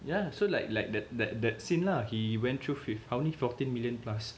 ya so like like that that that scene lah he went through with how many only fourteen million plus